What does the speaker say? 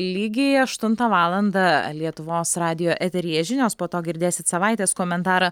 lygiai aštuntą valandą lietuvos radijo eteryje žinios po to girdėsit savaitės komentarą